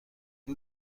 آیا